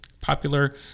popular